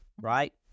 right